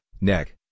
neck